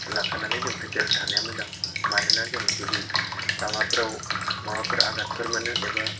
लाखानानै जों प्रिपेयर थानाया मोजां मानोना जों जुदि लामाफोराव माबाफोर आघाटफोर मोनो एबा